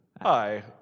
hi